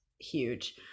huge